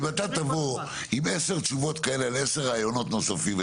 אם אתה תבוא עם עשר תשובות כאלה על עשרה רעיונות נוספים,